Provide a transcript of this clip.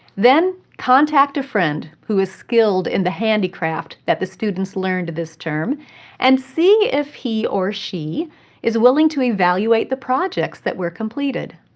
then contact a friend who is skilled in the handicraft the students learned this term and see if he or she is willing to evaluate the projects that were completed.